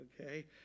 okay